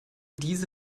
diese